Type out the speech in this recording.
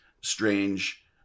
strange